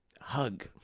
hug